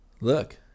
Look